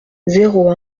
zéro